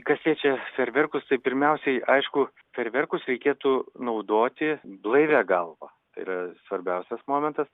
kas liečia fejerverkus tai pirmiausiai aišku fejerverkus reikėtų naudoti blaivia galva tai yra svarbiausias momentas